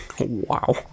Wow